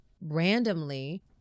randomly